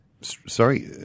Sorry